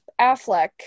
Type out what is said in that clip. affleck